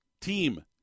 Team